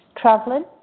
traveling